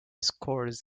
scores